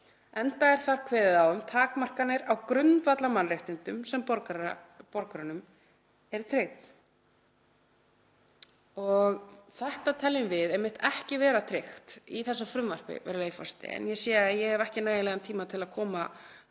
enda er þar kveðið á um takmarkanir á grundvallarmannréttindum sem borgurum eru tryggð.“ Þetta teljum við einmitt ekki vera tryggt í þessu frumvarpi, virðulegi forseti. En ég sé að ég hef ekki nægilegan tíma til að koma